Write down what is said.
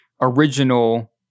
original